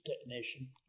technician